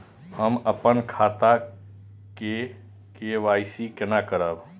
हम अपन खाता के के.वाई.सी केना करब?